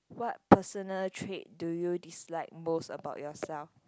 what personal trait do you dislike most about yourself